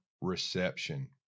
reception